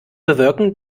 bewirken